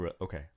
Okay